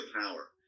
power